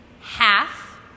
half